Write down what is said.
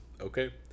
Okay